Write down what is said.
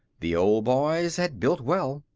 the old boys had built well,